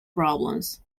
problems